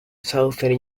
southern